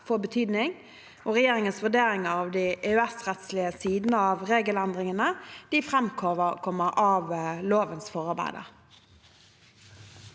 få betydning. Regjeringens vurderinger av de EØS-rettslige sidene av regelendringene framkommer av lovens forarbeider.